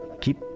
keep